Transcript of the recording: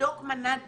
לבדוק מנת דם,